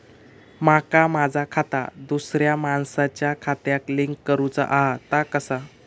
माका माझा खाता दुसऱ्या मानसाच्या खात्याक लिंक करूचा हा ता कसा?